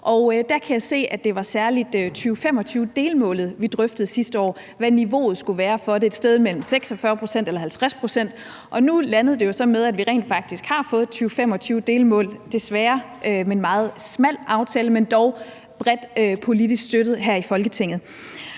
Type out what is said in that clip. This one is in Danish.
der kan jeg se, at det særlig var 2025-delmålet, vi drøftede sidste år, og hvad niveauet skulle være for det – et sted mellem 46 pct. og 50 pct. Nu landede det jo så på, at vi rent faktisk har fået et 2025-delmål, desværre med en meget smal aftale, men dog bredt politisk støttet her i Folketinget,